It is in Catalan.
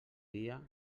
dia